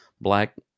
black